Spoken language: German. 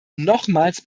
nochmals